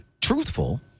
truthful